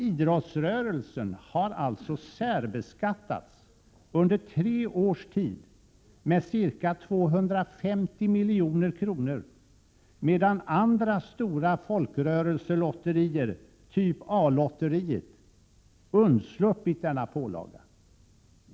Idrottsrörelsen har alltså särbeskattats under tre års tid med ca 250 miljoner kronor medan andra stora folkrörelselotterier, typ A-lotteriet, undsluppit denna pålaga.